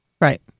Right